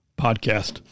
podcast